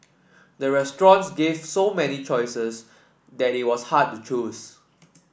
the restaurants gave so many choices that it was hard to choose